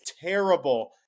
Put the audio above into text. terrible